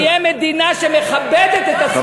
שאנחנו נהיה מדינה שמכבדת את עצמה,